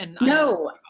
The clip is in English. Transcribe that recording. No